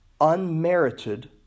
unmerited